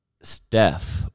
Steph